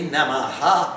Namaha